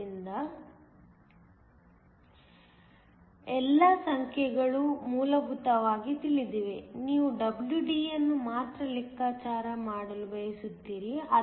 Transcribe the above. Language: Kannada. ಆದ್ದರಿಂದ ಎಲ್ಲಾ ಸಂಖ್ಯೆಗಳು ಮೂಲಭೂತವಾಗಿ ತಿಳಿದಿವೆ ನೀವು WDಅನ್ನು ಮಾತ್ರ ಲೆಕ್ಕಾಚಾರ ಮಾಡಲು ಬಯಸುತ್ತೀರಿ